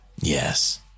Yes